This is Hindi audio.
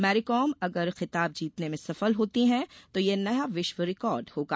मैरीकॉम अगर खिताब जीतने में सफल होती हैं तो यह नया विश्व रिकॉर्ड होगा